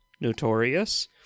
Notorious